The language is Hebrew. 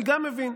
אני גם מבין.